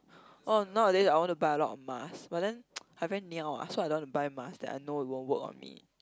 oh nowadays I want to buy a lot of mask but then I very niao ah so I don't want to buy mask that I know it won't work on me